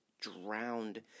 drowned